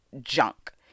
junk